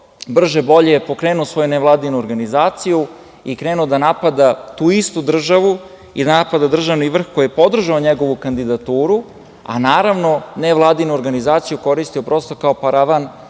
brže-bolje je pokrenuo svoju nevladinu organizaciju i krenuo da napada tu istu državu i da napada državni vrh koji je podržao njegovu kandidaturu, a nevladinu organizaciju koristio kao paravan